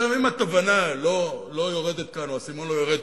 אם התובנה לא יורדת כאן או האסימון לא יורד,